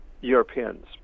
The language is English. Europeans